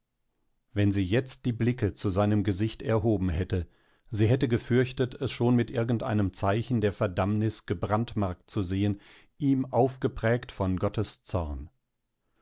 wenn sie jetzt die blicke zu seinem gesicht erhoben hätte sie hätte gefürchtet es schon mit irgendeinem zeichen der verdammnis gebrandmarkt zu sehen ihm aufgeprägt von gottes zorn